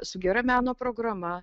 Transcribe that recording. su gera meno programa